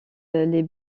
les